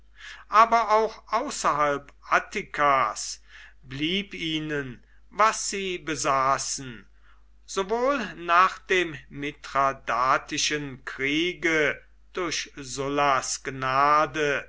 aber auch außerhalb attikas blieb ihnen was sie besaßen sowohl nach dem mithradatischen kriege durch sullas gnade